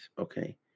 Okay